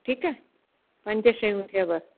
ठीकु आहे पंज शयूं थियुव